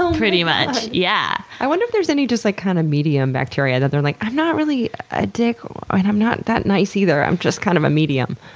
um pretty much, yeah. i wonder if there's any just like kind of medium bacteria that they're like, i'm not really a dick ah and i'm not that nice either. i'm just kind of a medium.